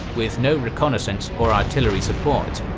with no reconnaissance or artillery support.